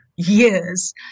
Years